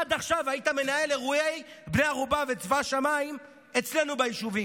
עד עכשיו היית מנהל אירועי בני ערובה וצבא שמיים אצלנו ביישובים,